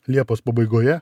liepos pabaigoje